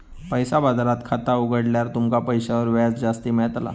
पैसा बाजारात खाता उघडल्यार तुमका पैशांवर व्याज जास्ती मेळताला